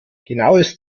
genaues